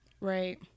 Right